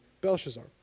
Belshazzar